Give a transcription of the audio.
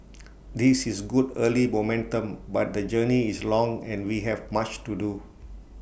this is good early momentum but the journey is long and we have much to do